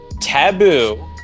taboo